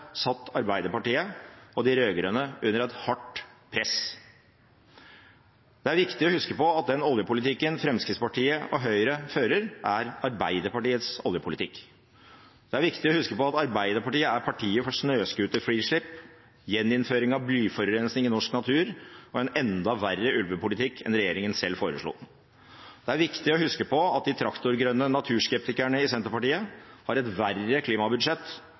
satt Arbeiderpartiet og de rød-grønne under et hardt press. Det er viktig å huske på at den oljepolitikken Fremskrittspartiet og Høyre fører, er Arbeiderpartiets oljepolitikk. Det er viktig å huske på at Arbeiderpartiet er partiet for snøscooterfrislipp, gjeninnføring av blyforurensing i norsk natur og en enda verre ulvepolitikk enn regjeringen selv foreslo. Det er viktig å huske på at de traktorgrønne naturskeptikerne i Senterpartiet har et verre klimabudsjett